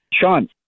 Sean